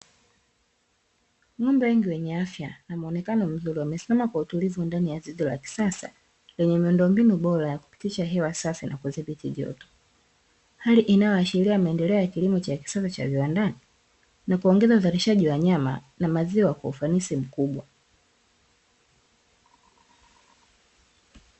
Ng'ombe wengi wenye afya na mwonekano mzuri, wamesimama kwa utulivu ndani ya zizi la kisasa lenye miundombinu bora ya kupitisha hewa safi na kudhibiti joto. Hali inayoashiria maendeleo ya kilimo cha kisasa cha viwandani, na kuongeza uzalishaji wa nyama na maziwa kwa ufanisi mkubwa.